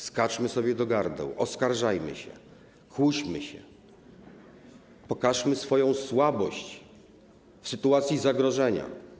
Skaczmy sobie do gardeł, oskarżajmy się, kłóćmy się, pokażmy swoją słabość w sytuacji zagrożenia.